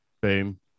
boom